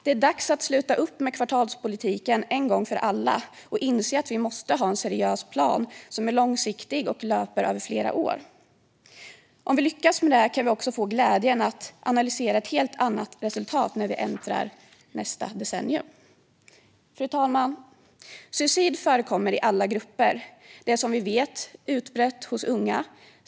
Det är dags att sluta upp med kvartalspolitiken en gång för alla och inse att vi måste ha en seriös plan som är långsiktig och löper över flera år. Om vi lyckas med det kan vi också få glädjen att analysera ett helt annat resultat när vi går in i nästa decennium. Fru talman! Suicid förekommer i alla grupper. Det är som vi vet utbrett hos unga.